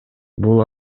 бул